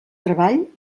treball